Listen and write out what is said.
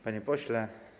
Panie Pośle!